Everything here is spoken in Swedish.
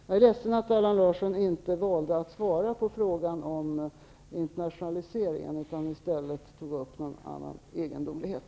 Jag är ledsen att Allan Larsson inte valde att svara på frågan om internationaliseringen utan i stället tog upp någon annan egendomlighet.